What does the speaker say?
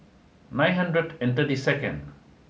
nine hundred and thirty second